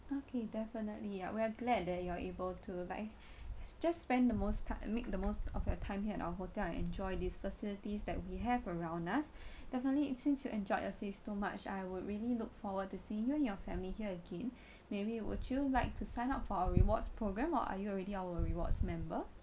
okay definitely ya we're glad that you are able to like just spend the most ti~ make the most of your time here at our hotel and enjoy these facilities that we have around us definitely since you enjoyed your sis too much I would really look forward to seeing you and your family here again maybe would you like to sign up for our rewards program or are you already our rewards member